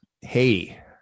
hey